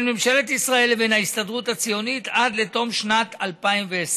ממשלת ישראל לבין ההסתדרות הציונית עד לתום שנת 2020,